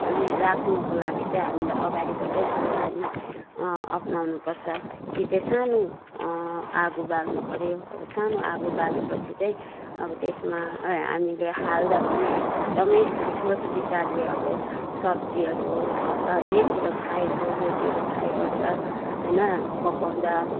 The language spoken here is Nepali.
है राख्नुको लागि हामीले अगाडिबाटै सवधानी अपनाउनु पर्छ कि चाहिँ सानो आगो बाल्नु पऱ्यो अब सानो आगो बाल्यो पछि चाहिँ अब त्यसमा है हामीले हाल्दा पनि एकदमै सोच विचारले अब सब्जीहरू होस् जे कुरा फ्राईहरू रोटीहरू फ्राई गर्दा होइन पकाउँदा